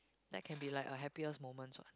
that can be like a happiest moments what